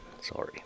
sorry